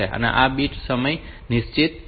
તો આ બીટ સમય નિશ્ચિત છે